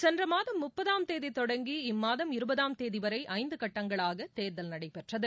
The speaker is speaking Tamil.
சென்ற மாதம் முப்பதாம் தேதி தொடங்கி இம்மாதம் இருபதாம் தேதிவரை ஐந்து கட்டங்களாக தேர்தல் நடைபெற்றது